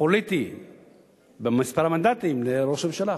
פוליטי במספר המנדטים לראש הממשלה.